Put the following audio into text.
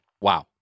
Wow